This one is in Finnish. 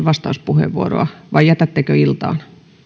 vastauspuheenvuoroa vai jätättekö iltaan